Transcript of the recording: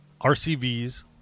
RCVs